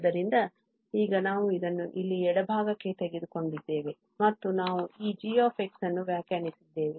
ಆದ್ದರಿಂದ ಈಗ ನಾವು ಇದನ್ನು ಇಲ್ಲಿ ಎಡಭಾಗಕ್ಕೆ ತೆಗೆದುಕೊಂಡಿದ್ದೇವೆ ಮತ್ತು ನಾವು ಈ g ಅನ್ನು ವ್ಯಾಖ್ಯಾನಿಸಿದ್ದೇವೆ